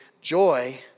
joy